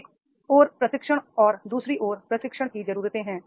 एक ओर प्रशिक्षण और दू सरी ओर प्रशिक्षण की जरूरत है